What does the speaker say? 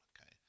Okay